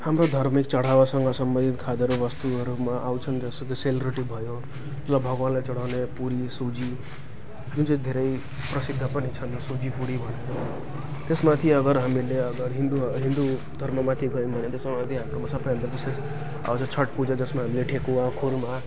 हाम्रो धर्मिक चढावासँग सम्बन्धित खाद्यान्न वस्तुहरूमा आउँछन् जस्तो कि सेलरोटी भयो या भगवानलाई चढाउने पुरी सुजी जुन चाहिँ धेरै प्रसिद्ध पनि छन् र सुजी पुरी भनौँ त्यसमाथि अगर हामीहरूले अगर हिन्दू हिन्दू धर्ममाथि गयौँ भने त्यसमा यदी हाम्रोमा सबैभन्दा विशेष अरू छठ पूजा जसमा हामीले ठेकुवा खुर्मा